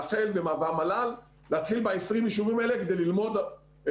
רח"ל והמל"ל להתחיל ב-20 היישובים האלה כדי לעשות